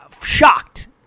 Shocked